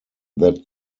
that